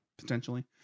Potentially